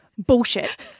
Bullshit